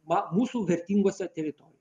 va mūsų vertingose teritoijo